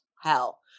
Hell